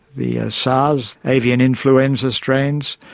the sars, avian influenza strains,